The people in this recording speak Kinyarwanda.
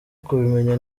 kubimenya